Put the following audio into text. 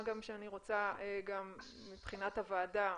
מה גם שאני רוצה גם מבחינת הוועדה